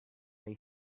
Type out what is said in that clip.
may